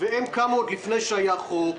הם קמו עוד לפני שהיה חוק.